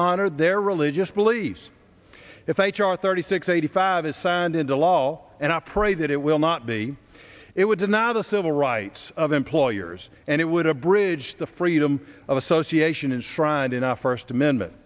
honor their religious beliefs if h r thirty six eighty five is signed into law and i pray that it will not be it would deny the civil rights of employers and it would abridge the freedom of association in shrine in the first amendment